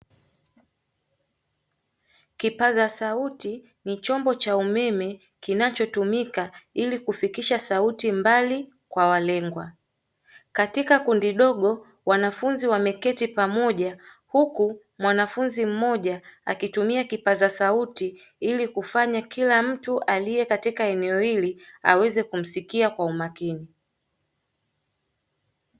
Kipaza sauti ni chombo cha umeme, kinachotumika ili kufikisha sauti mbali kwa walengwa. Katika kundi dogo, wanafunzi wameketi kwa pamoja, huku mwanafunzi mmoja akitumia kipaza sauti, ili kufanya kila mtu aliye katika eneo hili aweze kumsikia kwa umakini.